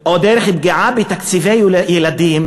מסים או דרך הפגיעה בקצבאות ילדים,